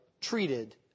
treated